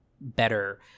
better